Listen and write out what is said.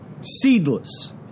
Seedless